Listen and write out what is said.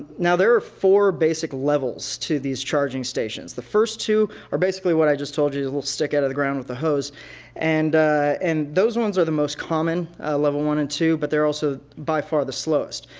now, there are four basic levels to these charging stations. the first two are basically what i just told you the little stick out of the ground with the hose and and those ones are the most common level one and two. but they're also by far the slowest.